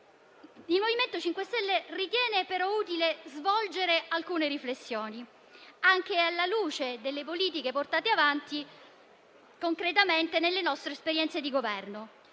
Il MoVimento 5 Stelle ritiene però utile svolgere alcune riflessioni, anche alla luce delle politiche portate avanti concretamente nelle nostre esperienze di Governo.